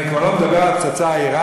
אני כבר לא מדבר על הפצצה האיראנית,